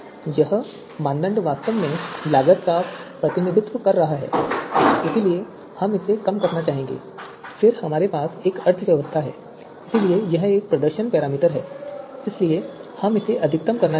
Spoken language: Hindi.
यह मानदंड वास्तव में लागत का प्रतिनिधित्व कर रहा है इसलिए हम इसे कम करना चाहेंगे फिर हमारे पास एक अर्थव्यवस्था है इसलिए यह एक प्रदर्शन पैरामीटर है इसलिए हम इसे अधिकतम करना चाहेंगे